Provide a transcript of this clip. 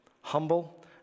humble